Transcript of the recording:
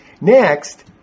Next